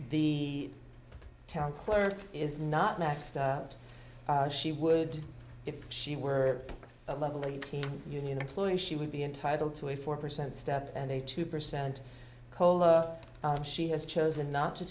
the town clerk is not maxed out she would if she were a level eighteen union employee she would be entitled to a four percent step and a two percent cola she has chosen not to